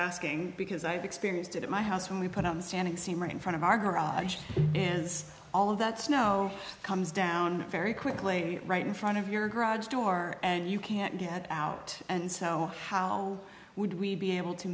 asking because i've experienced it at my house when we put on the stand it seem right in front of our garage and all of that snow comes down very quickly right in front of your garage door and you can't get out and so how would we be able to